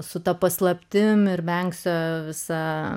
su ta paslaptimi ir vengsiu visa